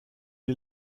est